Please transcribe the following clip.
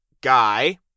guy